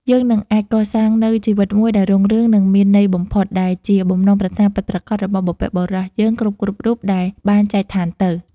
យើងនឹងអាចកសាងនូវជីវិតមួយដែលរុងរឿង និងមានន័យបំផុត ដែលជាបំណងប្រាថ្នាពិតប្រាកដរបស់បុព្វបុរសយើងគ្រប់ៗរូបដែលបានចែកឋានទៅ។